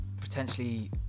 potentially